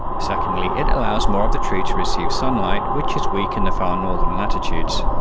secondly it allows more of the tree to receive sunlight, which is weak in the far northern latitudes.